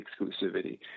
exclusivity